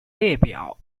列表